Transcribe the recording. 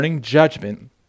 Judgment